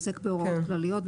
הוא עוסק בהוראות כלליות,